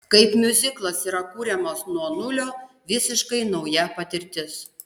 kaip miuziklas yra kuriamas nuo nulio visiškai nauja patirtis